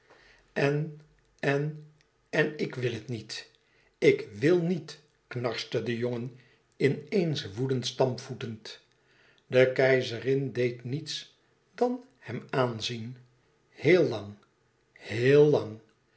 en en en ik wil het niet ik wil niet knarste de jongen in eens woedend stampvoetend de keizerin deed niets dan hem aanzien heel lang héel lang